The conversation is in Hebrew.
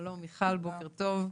שלום מיכל, בוקר טוב.